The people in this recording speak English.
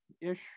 ish